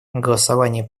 голосование